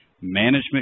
management